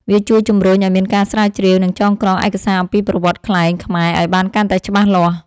វាជួយជម្រុញឱ្យមានការស្រាវជ្រាវ និងចងក្រងឯកសារអំពីប្រវត្តិខ្លែងខ្មែរឱ្យបានកាន់តែច្បាស់លាស់។